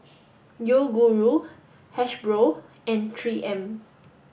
Yoguru Hasbro and three M